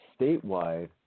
statewide